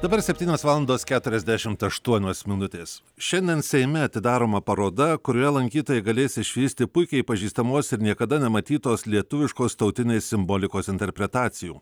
dabar septynios valandos keturiasdešimt aštuonios minutės šiandien seime atidaroma paroda kurioje lankytojai galės išvysti puikiai pažįstamos ir niekada nematytos lietuviškos tautinės simbolikos interpretacijų